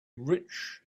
rich